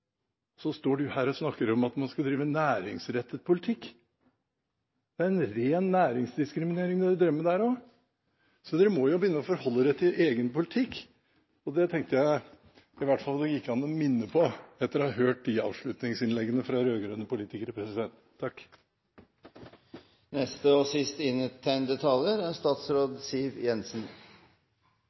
Så står du her og snakker om at man skal drive næringsrettet politikk. Det er en ren næringsdiskriminering dere drev med der også. Dere må jo begynne å forholde dere til egen politikk. Det tenkte jeg det i hvert fall gikk an å minne på etter å ha hørt avslutningsinnleggene fra rød-grønne politikere.